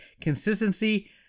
Consistency